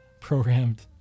programmed